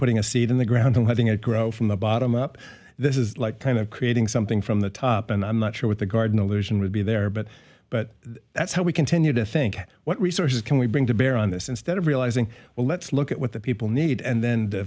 putting a seed in the ground and letting it grow from the bottom up this is like kind of creating something from the top and i'm not sure what the garden illusion would be there but but that's how we continue to think what resources can we bring to bear on this instead of realizing well let's look at what the people need and then